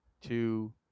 two